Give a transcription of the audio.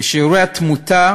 ושיעורי התמותה